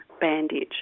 bandage